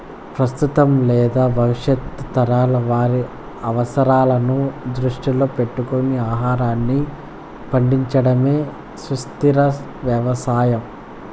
ప్రస్తుతం లేదా భవిష్యత్తు తరాల వారి అవసరాలను దృష్టిలో పెట్టుకొని ఆహారాన్ని పండించడమే సుస్థిర వ్యవసాయం